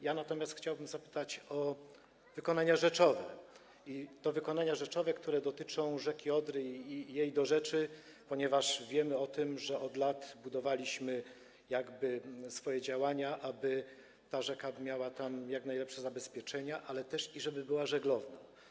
Ja natomiast chciałbym zapytać o wykonania rzeczowe, i to wykonania rzeczowe, które dotyczą rzeki Odry i jej dorzeczy, ponieważ wiemy o tym, że od lat tak budowaliśmy swoje działania, aby ta rzeka miała tam jak najlepsze zabezpieczenia, ale też i żeby była żeglowna.